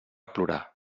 plorar